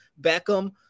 Beckham